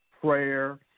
prayer